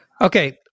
Okay